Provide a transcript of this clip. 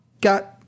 got